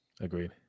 Agreed